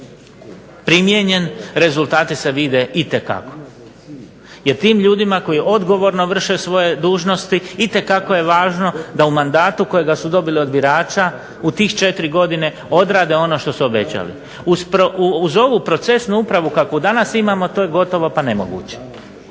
primijenjen rezultati se vide itekako. Jer tim ljudima koji odgovorno vrše svoje dužnosti itekako je važno da u mandatu kojega su dobili od birača u tih 4 godine odrade ono što su obećali. Uz ovu procesnu upravu kakvu danas imamo to je gotovo pa nemoguće.